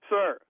Sir